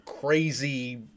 crazy